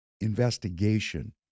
investigation